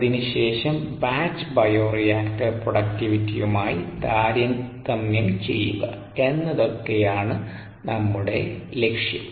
അതിനുശേഷം batch bio reactor പ്പ്രൊഡക്ടിവിറ്റിയുമിയി താരതമ്യം ചെയ്യുക എന്നതൊക്കയാണ് നമ്മുടെ ലക്ഷ്യം